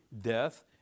death